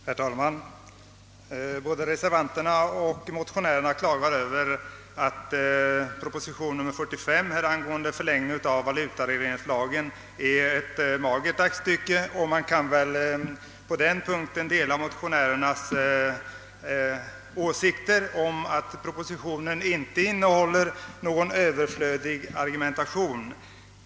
Herr talman! Såväl reservanterna som motionärerna klagar över att proposition nr 45 angående förlängning av valutaförordningen är ett magert aktstycke, och man kan väl dela motionärernas åsikt att propositionen inte innehåller någon överflödig argumentation.